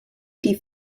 die